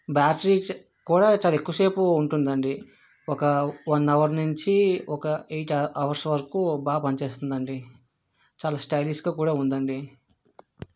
battery చా కూడా చాలా ఎక్కువ సేపు ఉంటుంది అండి ఒక వన్ అవర్ నుంచి ఒక ఎయిట్ అవర్స్ వరకు బాగా పని చేస్తుంది అండి చాలా స్టైలిష్గా కూడా ఉంది అండి